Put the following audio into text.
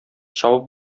чабып